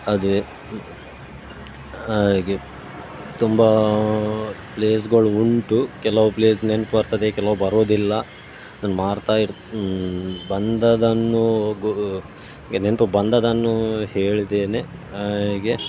ಅದೇ ಹಾಗೆ ತುಂಬ ಪ್ಲೇಸ್ಗಳು ಉಂಟು ಕೆಲವು ಪ್ಲೇಸ್ ನೆನ್ಪು ಬರ್ತದೆ ಕೆಲವು ಬರೋದಿಲ್ಲ ನಾನು ಮಾಡ್ತಾಯಿರ್ತೆ ಬಂದಿದ್ದನ್ನು ಈಗ ನೆನ್ಪಿಗ್ ಬಂದಿದ್ದನ್ನು ಹೇಳಿದ್ದೇನೆ ಹಾಗೆ